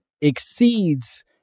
exceeds